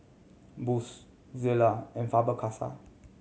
Bose Zalia and Faber Castell